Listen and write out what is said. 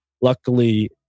luckily